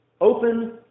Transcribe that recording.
open